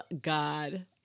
god